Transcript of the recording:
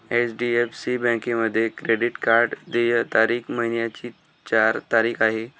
HDFC बँकेमध्ये credit card देय तारीख महिन्याची चार तारीख आहे